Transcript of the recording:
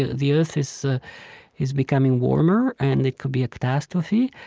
ah the earth is ah is becoming warmer, and it could be a catastrophe.